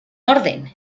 orden